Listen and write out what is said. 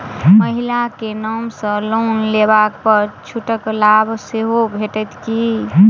महिला केँ नाम सँ लोन लेबऽ पर छुटक लाभ सेहो भेटत की?